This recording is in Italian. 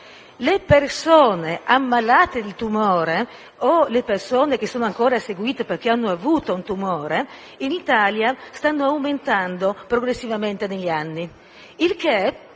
di persone ammalate di tumore, o che sono ancora seguite perché hanno avuto un tumore, sta aumentando progressivamente negli anni,